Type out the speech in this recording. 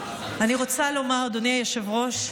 אדוני היושב-ראש,